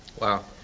Wow